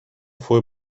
fue